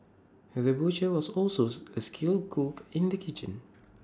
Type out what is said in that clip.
the butcher was also A skilled cook in the kitchen